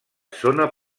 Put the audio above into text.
zona